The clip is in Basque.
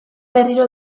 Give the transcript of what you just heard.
berriro